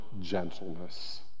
gentleness